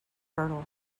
fertile